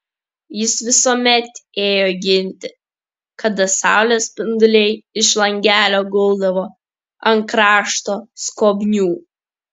jis visuomet ėjo ginti kada saulės spinduliai iš langelio guldavo ant krašto skobnių